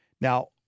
Now